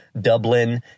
Dublin